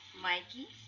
Mikey